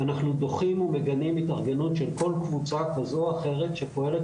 "אנחנו דוחים ומגנים התארגנות של כל קבוצה כזו או אחרת שפועלת